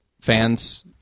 Fans